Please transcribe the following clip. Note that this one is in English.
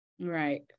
Right